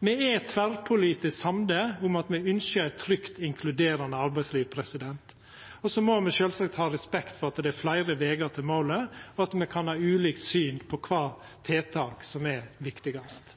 Me er tverrpolitisk samde om at me ynskjer eit trygt, inkluderande arbeidsliv. Så må me sjølvsagt har respekt for at det er fleire vegar til målet, og at me kan ha ulikt syn på kva tiltak som er viktigast.